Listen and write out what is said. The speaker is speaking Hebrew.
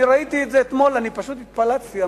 אני ראיתי את זה אתמול, פשוט התפלצתי.